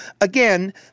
Again